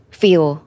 feel